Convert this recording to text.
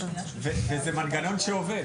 וזה מנגנון שעובד.